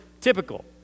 typical